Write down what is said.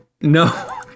No